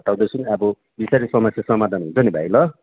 हटाउँदैछौँ अब बिस्तारै समस्या समाधान हुन्छ नि भाइ ल